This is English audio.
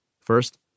First